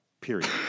period